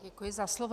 Děkuji za slovo.